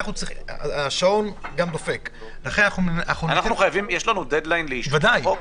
השעון גם דופק --- יש לנו דד-ליין לאישור החוק?